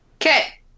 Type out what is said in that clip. Okay